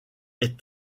est